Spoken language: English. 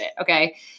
Okay